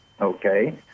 okay